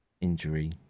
injury